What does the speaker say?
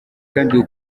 kandi